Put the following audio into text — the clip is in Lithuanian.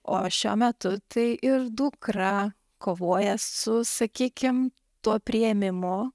o šiuo metu tai ir dukra kovoja su sakykim tuo priėmimu